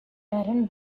barren